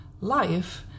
life